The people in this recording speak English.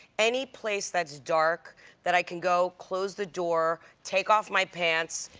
any place that's dark that i can go close the door, take off my pants,